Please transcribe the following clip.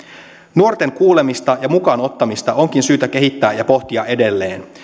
nuorten kuulemista ja mukaan ottamista onkin syytä kehittää ja pohtia edelleen